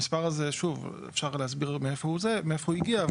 המספר הזה, שוב, אפשר להסביר מאיפה הוא הגיע.